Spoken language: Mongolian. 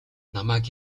намайг